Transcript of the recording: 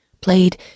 played